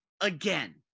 again